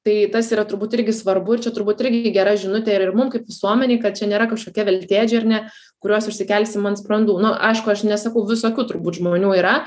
tai tas yra turbūt irgi svarbu ir čia turbūt irgi gera žinutė ir mum kaip visuomenei kad čia nėra kažkokie veltėdžiai ar ne kuriuos užsikelsim ant sprandų nu aišku aš nesakau visokių turbūt žmonių yra